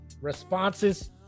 Responses